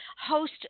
host